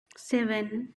seven